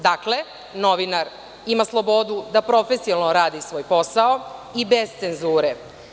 Dakle, novinar ima slobodu da profesionalno radi svoj posao i bez cenzure.